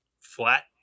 flat